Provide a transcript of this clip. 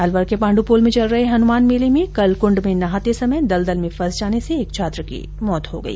अलवर के पांडुपोल में चल रहे हनुमान मेले में कल कुंड में नहाते समय दलदल में फस जाने से एक छात्र की मौत हो गई